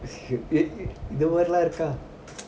இதுமாதிரிலாம்இருக்கா:edhumathirilam irukka